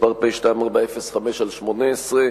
פ/2405/18,